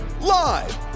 live